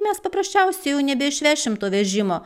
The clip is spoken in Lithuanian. mes paprasčiausiai jau nebeišvešim to vežimo